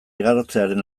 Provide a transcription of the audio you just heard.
igarotzearen